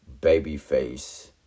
Babyface